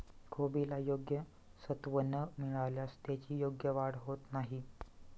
कोबीला योग्य सत्व न मिळाल्यास त्याची योग्य वाढ होत नाही